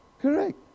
Correct